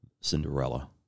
Cinderella